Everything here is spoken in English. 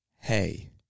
Hey